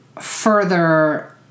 further